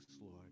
Lord